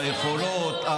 היכולות,